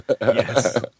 Yes